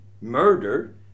murder